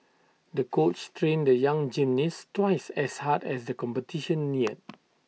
the coach trained the young gymnast twice as hard as the competition neared